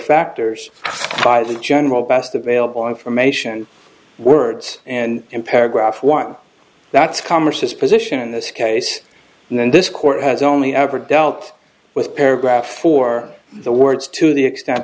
factors by the general best available information words and in paragraph one that's commerce his position in this case and then this court has only ever dealt with paragraph four the words to the extent